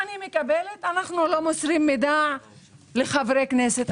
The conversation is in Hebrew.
מקבלת: "אנחנו לא מוסרים מידע לחברי כנסת".